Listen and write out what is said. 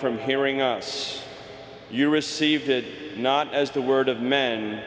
from hearing us you received it not as the word of men